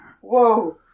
Whoa